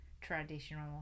traditional